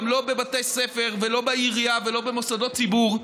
גם לא בבתי הספר ולא בעירייה ולא במוסדות ציבור,